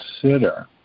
consider